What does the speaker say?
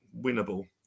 winnable